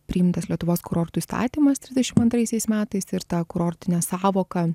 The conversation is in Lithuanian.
priimtas lietuvos kurortų įstatymas trisdešim antraisiais metais ir ta kurortinė sąvoka